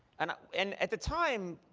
and and at the time,